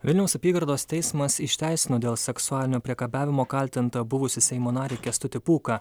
vilniaus apygardos teismas išteisino dėl seksualinio priekabiavimo kaltintą buvusį seimo narį kęstutį pūką